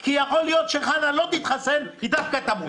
כי יכול להיות שחנה לא תתחסן והיא דווקא תמות.